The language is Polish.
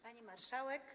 Pani Marszałek!